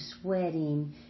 sweating